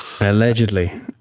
Allegedly